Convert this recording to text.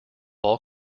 all